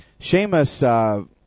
Seamus